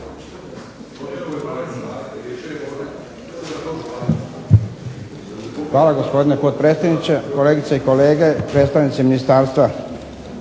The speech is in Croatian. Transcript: Hvala gospodine potpredsjedniče. Kolegice i kolege, predstavnici ministarstva.